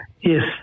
Yes